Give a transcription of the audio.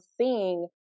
seeing